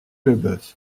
leboeuf